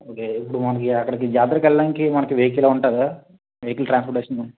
ఒకే ఇప్పుడు మనకి అక్కడ జాతరకి వెళ్ళడానికి మనకి వెహికల్ ఏమైనా ఉంటుందా వెహికల్ ట్రాన్స్పోర్టేషన్